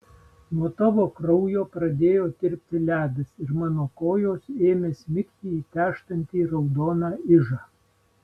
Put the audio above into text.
nuo tavo kraujo pradėjo tirpti ledas ir mano kojos ėmė smigti į tęžtantį raudoną ižą